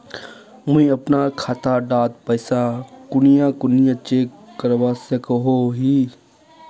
मुई अपना खाता डात पैसा कुनियाँ कुनियाँ चेक करवा सकोहो ही?